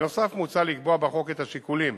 בנוסף, מוצע לקבוע בחוק את השיקולים